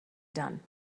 done